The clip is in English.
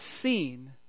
seen